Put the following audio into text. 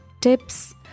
tips